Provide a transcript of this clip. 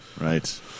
Right